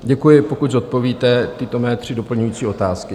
Děkuji, pokud zodpovíte tyto mé tři doplňující otázky.